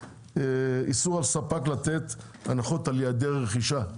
איסור על ספק לתת הנחות על יעדי רכישה,